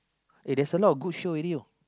eh there's a lot of good show already know